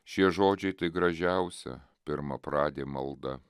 šie žodžiai tai gražiausia pirmapradė malda